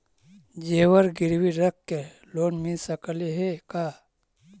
जेबर गिरबी रख के लोन मिल सकले हे का?